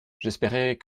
j’espérais